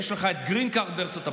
יש לך גרין קארד בארצות הברית,